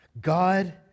God